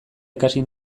ikasi